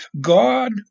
God